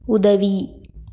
உதவி